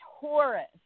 Taurus